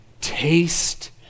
taste